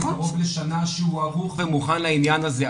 קרוב לשנה שהוא ערוך ומוכן לעניין הזה.